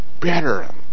better